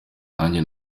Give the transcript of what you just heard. nanjye